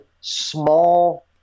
small